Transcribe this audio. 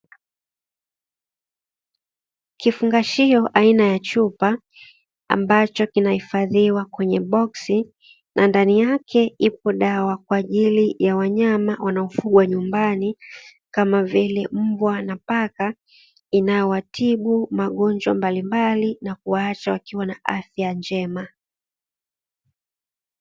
Kifungashio aina ya chupa ambacho kinahifadhiwa kwenye boksi na ndani yake ipo dawa kwaajili ya wanyama wanaofugwa nyumbani kama vile mbwa na paka, inawatibu magonjwa mbalimbali nakuwaacha wakiwa na afya njema.